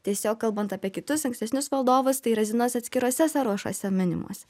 tiesiog kalbant apie kitus ankstesnius valdovus tai razinos atskiruose sąrašuose minimos